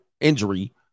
injury